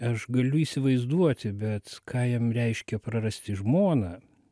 aš galiu įsivaizduoti bet ką jam reiškia prarasti žmoną